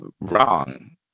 wrong